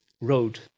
road